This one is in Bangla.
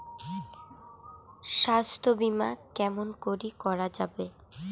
স্বাস্থ্য বিমা কেমন করি করা যাবে?